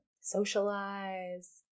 socialize